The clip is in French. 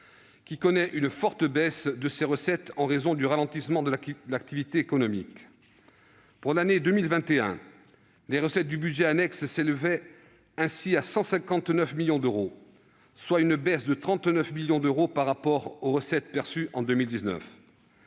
qui connaît une forte baisse de ses recettes en raison du ralentissement de l'activité économique. Pour l'année 2021, les recettes du budget annexe s'élèveront ainsi à 159 millions d'euros, traduisant une baisse de 39 millions d'euros par rapport aux recettes perçues en 2019.